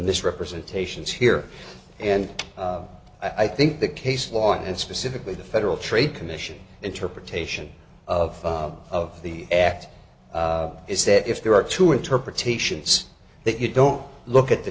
misrepresentations here and i think the case law and specifically the federal trade commission interpretation of the act is that if there are two interpretations that you don't look at the